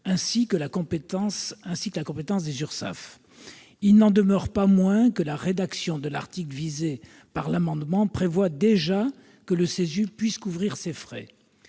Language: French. ainsi que la compétence des URSSAF. Il n'en demeure pas moins que la rédaction de l'article visé par l'amendement prévoit déjà que le CESU puisse couvrir ces frais.